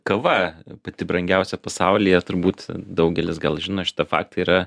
kava pati brangiausia pasaulyje turbūt daugelis gal žino šitą faktą yra